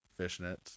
fishnets